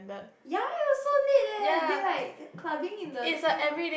ya it was so late leh they like clubbing in the thing